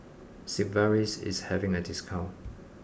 Sigvaris is having a discount